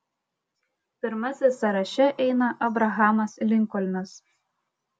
pirmasis sąraše eina abrahamas linkolnas